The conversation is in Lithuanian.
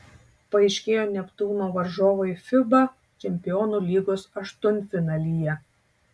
paaiškėjo neptūno varžovai fiba čempionų lygos aštuntfinalyje